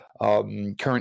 current